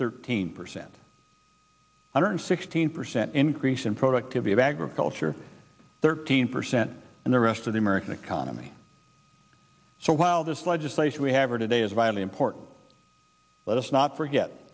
thirteen percent i learned sixteen percent increase in productivity of agriculture thirteen percent and the rest of the american economy so while this legislation we have for today is vitally important let us not forget